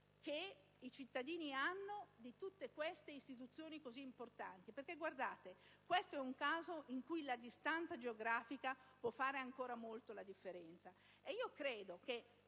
che i cittadini hanno di tutte queste istituzioni così importanti. Questo, infatti, è un caso in cui la distanza geografica può fare ancora molto la differenza. Credo che